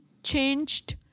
changed